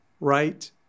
right